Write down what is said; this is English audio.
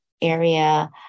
area